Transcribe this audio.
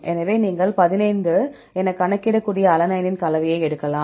எனவே நீங்கள் 15 எனக் கணக்கிடக்கூடிய அலனைனின் கலவையை எடுக்கலாம்